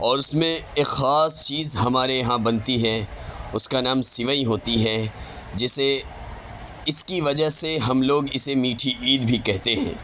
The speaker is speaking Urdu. اور اس میں ایک خاص چیز ہمارے یہاں بنتی ہے اس کا نام سیوئیں ہوتی ہے جسے اس کی وجہ سے ہم لوگ اسے میٹھی عید بھی کہتے ہیں